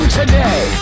today